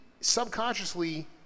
subconsciously